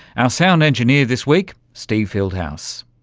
ah sound engineer this week steve fieldhouse.